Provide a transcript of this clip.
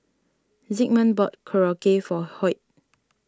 Zigmund bought Korokke for Hoyt